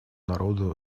народу